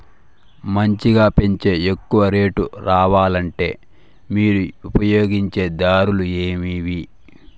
మంచిగా పెంచే ఎక్కువగా రేటు రావాలంటే మీరు ఉపయోగించే దారులు ఎమిమీ?